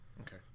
Okay